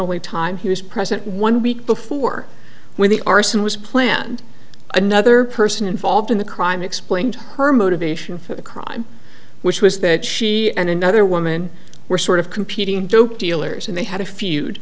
only time he was present one week before when the arson was planned another person involved in the crime explained her motivation for the crime which was that she and another woman were sort of competing dope dealers and they had a feud